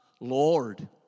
Lord